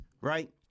right